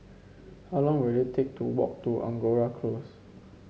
how long will it take to walk to Angora Close